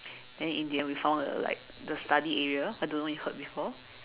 then in the end we found a like the study area I don't know if you heard before